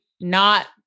not-